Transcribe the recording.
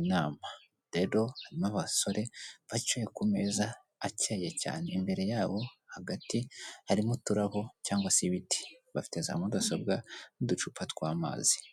inama. Rero harimo abasore bicaye ku meza acyeye cyane, imbere yabo hagati harimo uturabo cyangwa se ibiti. Bafite za mudasobwa n'uducupa tw'amazi.